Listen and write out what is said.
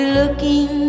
looking